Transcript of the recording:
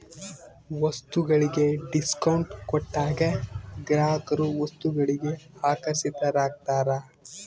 ವಸ್ತುಗಳಿಗೆ ಡಿಸ್ಕೌಂಟ್ ಕೊಟ್ಟಾಗ ಗ್ರಾಹಕರು ವಸ್ತುಗಳಿಗೆ ಆಕರ್ಷಿತರಾಗ್ತಾರ